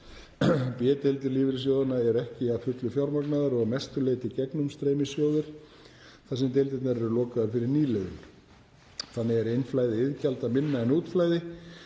B-deildir lífeyrissjóðanna eru ekki að fullu fjármagnaðar og að mestu leyti gegnumstreymissjóðir þar sem deildirnar eru lokaðar fyrir nýliðun. Þannig er innflæði iðgjalda minna en útflæði